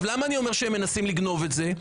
למה אני אומר שהם מנסים לגנוב את זה?